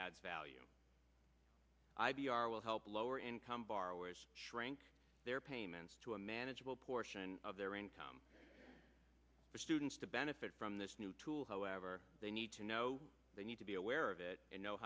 adds value i d r will help lower income borrowers shrink their payments to a manageable portion of their income for students to benefit from this new tool however they need to know they need to be aware of it and know